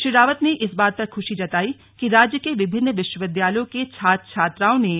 श्री रावत ने इस बात पर खुशी जताई कि राज्य के विभिन्न विश्वविद्यालयों के छात्र छात्राओं ने